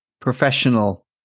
professional